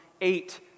eight